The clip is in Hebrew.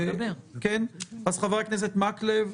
חבר הכנסת מקלב,